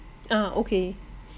ah okay